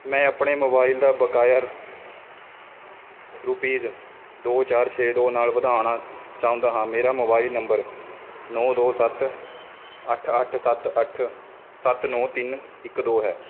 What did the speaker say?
ਮੈਂ ਆਪਣੇ ਮੋਬਾਈਲ ਦਾ ਬਕਾਇਆ ਰੁਪਈਸ ਦੋ ਚਾਰ ਛੇ ਦੋ ਨਾਲ ਵਧਾਉਣਾ ਚਾਹੁੰਦਾ ਹਾਂ ਮੇਰਾ ਮੋਬਾਈਲ ਨੰਬਰ ਨੌਂ ਦੋ ਸੱਤ ਅੱਠ ਅੱਠ ਸੱਤ ਅੱਠ ਸੱਤ ਨੌਂ ਤਿੰਨ ਇੱਕ ਦੋ ਹੈ